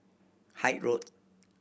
Hythe Road